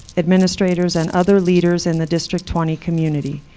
administrators, and other leaders in the district twenty community,